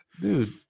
dude